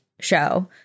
show